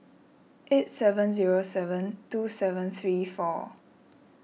eight seven zero seven two seven three four